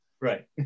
right